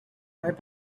might